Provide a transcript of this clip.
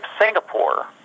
Singapore